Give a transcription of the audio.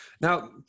Now